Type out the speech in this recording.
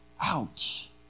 Ouch